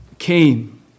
came